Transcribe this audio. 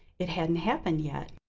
it hadn't happened yet.